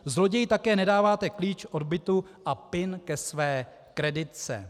Zloději také nedáváte klíč od bytu a PIN ke své kreditce.